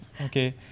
Okay